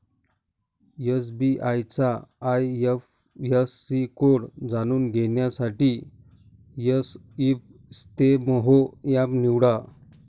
SBI चा IFSC code जाणून घेण्यासाठी एसबइस्तेमहो एप निवडा